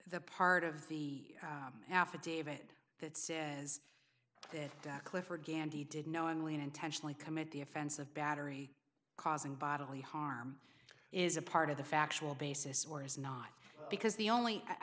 the part of the affidavit that says that clifford gandy did knowingly and intentionally commit the offense of battery causing bodily harm is a part of the factual basis or is not because the only i